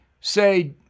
say